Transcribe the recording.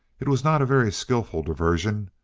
it was not a very skillful diversion,